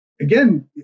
again